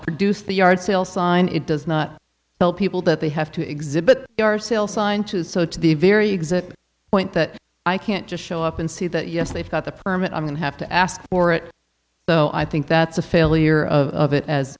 produce the yard sale sign it does not tell people that they have to exhibit our sale sign too so to the very exact point that i can't just show up and see that yes they've got the permit i'm going to have to ask for it so i think that's a failure of it as